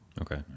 Okay